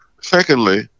Secondly